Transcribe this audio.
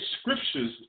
scriptures